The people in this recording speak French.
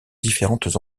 différentes